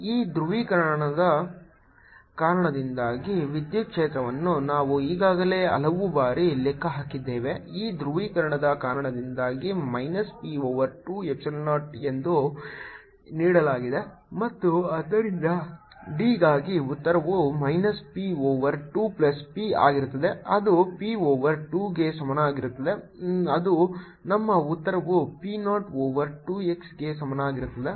ಈ ಧ್ರುವೀಕರಣದ ಕಾರಣದಿಂದಾಗಿ ವಿದ್ಯುತ್ ಕ್ಷೇತ್ರವನ್ನು ನಾವು ಈಗಾಗಲೇ ಹಲವು ಬಾರಿ ಲೆಕ್ಕ ಹಾಕಿದ್ದೇವೆ ಈ ಧ್ರುವೀಕರಣದ ಕಾರಣದಿಂದ ಮೈನಸ್ p ಓವರ್ 2 ಎಪ್ಸಿಲಾನ್ 0 ಎಂದು ನೀಡಲಾಗಿದೆ ಮತ್ತು ಆದ್ದರಿಂದ D ಗಾಗಿ ಉತ್ತರವು minus p over 2 plus p ಆಗಿರುತ್ತದೆ ಅದು p ಓವರ್ 2 ಗೆ ಸಮಾನವಾಗಿರುತ್ತದೆ ಅದು ನಮ್ಮ ಉತ್ತರವು p 0 ಓವರ್ 2 x ಗೆ ಸಮಾನವಾಗಿರುತ್ತದೆ